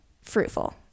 fruitful